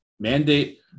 Mandate